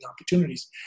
opportunities